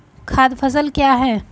खाद्य फसल क्या है?